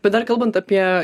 bet dar kalbant apie